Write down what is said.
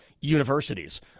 universities